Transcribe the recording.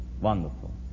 Wonderful